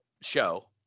show